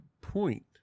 point